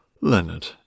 Leonard